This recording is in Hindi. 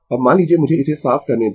अब मान लीजिए मुझे इसे साफ करने दें